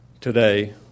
today